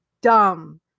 dumb